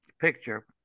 picture